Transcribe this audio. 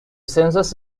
census